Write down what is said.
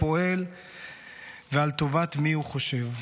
פועל ועל טובת מי הוא חושב,